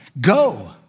Go